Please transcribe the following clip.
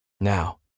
now